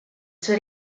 suo